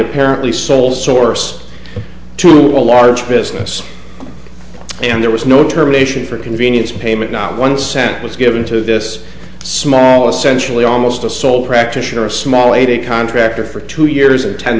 apparently sole source to a large business and there was no terminations for convenience payment not one cent was given to this small essentially almost a sole practitioner a small aide a contractor for two years or ten